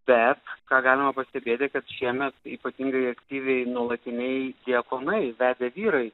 per ką galima pastebėti kad šiemet ypatingai aktyviai nuolatiniai diakonai vedę vyrai